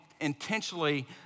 intentionally